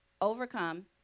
overcome